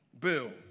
bill